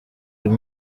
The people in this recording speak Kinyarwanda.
uyu